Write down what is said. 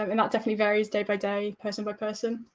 um and that definitely varies day by day, person by person.